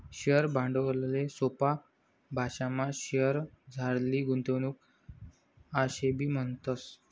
share भांडवलले सोपा भाशामा शेअरमझारली गुंतवणूक आशेबी म्हणतस